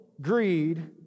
greed